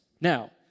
Now